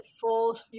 full